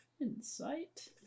Insight